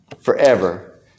forever